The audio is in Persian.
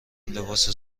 لباس